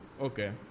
Okay